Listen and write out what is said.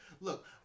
look